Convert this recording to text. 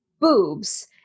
boobs